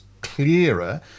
clearer